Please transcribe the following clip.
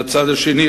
מן הצד השני,